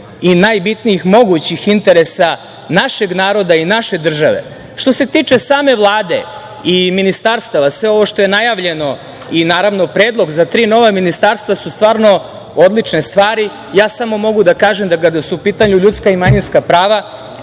i najbitnijih mogućih interesa našeg naroda i naše države. Što se tiče same Vlade i ministarstava, sve ovo što je najavljeno i naravno predlog za tri nova ministarstva su odlične stvari. Mogu da kažem kada su u pitanju ljudska i manjinska prava